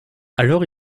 alors